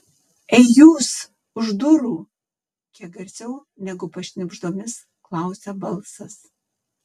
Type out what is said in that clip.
ei jūs už durų kiek garsiau negu pašnibždomis klausia balsas